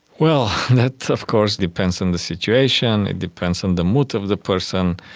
well, that of course depends on the situation, it depends on the mood of the person,